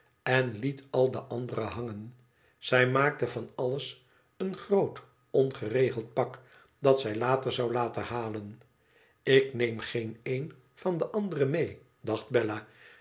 en liet al de andere hangen zij maakte van alles een groot ongeregeld pak dat zij later zou laten halen t ik neem geen een van de andere mee dacht bella